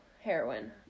heroin